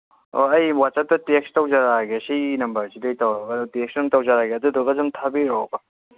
ꯑꯣ ꯑꯩ ꯋꯥꯆꯞꯇ ꯇꯦꯛꯁ ꯇꯧꯖꯔꯛꯑꯒꯦ ꯁꯤꯒꯤ ꯅꯝꯕꯔꯁꯤꯗꯒꯤ ꯇꯧꯔꯒ ꯑꯗꯨ ꯇꯦꯛꯁꯇꯪ ꯇꯧꯖꯔꯛꯑꯒꯦ ꯑꯗꯨꯗꯨꯒ ꯑꯗꯨꯝ ꯊꯥꯕꯤꯔꯛꯑꯣꯀꯣ